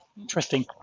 interesting